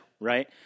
Right